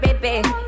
baby